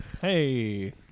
Hey